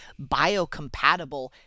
biocompatible